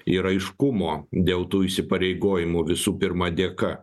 ir aiškumo dėl tų įsipareigojimų visų pirma dėka